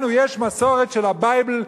לנו יש מסורת של ה"בייבל",